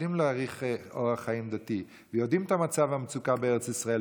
שיודעים להעריך אורח חיים דתי ויודעים על מצב המצוקה בארץ ישראל,